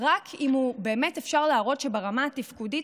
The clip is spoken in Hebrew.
אלא אם כן באמת אפשר להראות שברמה התפקודית